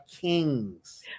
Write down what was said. kings